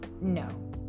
no